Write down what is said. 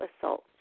assault